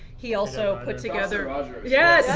he also put together ah yeah